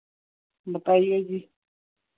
बताइए जी